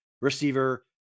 receiver